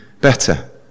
better